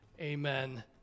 Amen